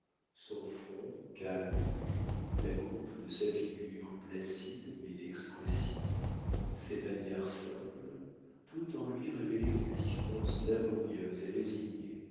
son front calme et pur la coupe de sa figure placide mais expressive ses manières simples tout en lui révélait une existence laborieuse et résignée